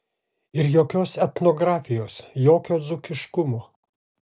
ir jokios etnografijos jokio dzūkiškumo